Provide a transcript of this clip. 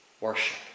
Worship